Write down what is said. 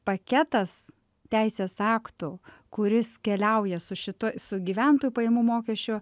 paketas teisės aktų kuris keliauja su šitu su gyventojų pajamų mokesčio